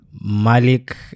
Malik